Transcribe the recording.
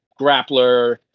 grappler